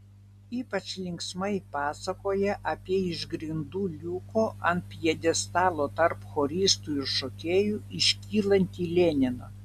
ypač linksmai pasakoja apie iš grindų liuko ant pjedestalo tarp choristų ir šokėjų iškylantį leniną